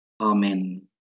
amen